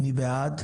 מי נגד?